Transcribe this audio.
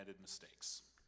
mistakes